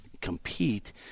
compete